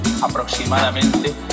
aproximadamente